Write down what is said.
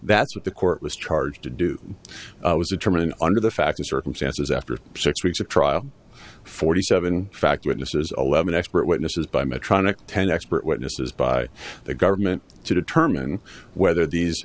that's what the court was charged to do was determine under the facts circumstances after six weeks of trial forty seven fact witnesses eleven expert witnesses by medtronic ten expert witnesses by the government to determine whether these